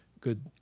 good